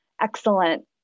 excellent